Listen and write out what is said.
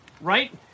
right